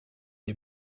les